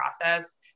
process